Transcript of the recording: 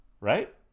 right